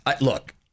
look